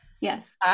Yes